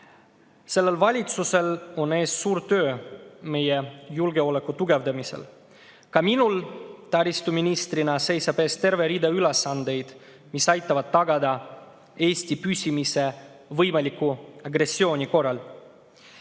Sellel valitsusel on ees suur töö meie julgeoleku tugevdamisel. Ka minul taristuministrina seisab ees terve rida ülesandeid, mis aitavad tagada Eesti püsimise võimaliku agressiooni korral.